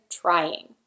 trying